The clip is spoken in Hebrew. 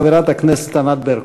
חברת הכנסת ענת ברקו.